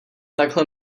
takhle